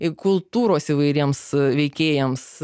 kultūros įvairiems veikėjams